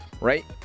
right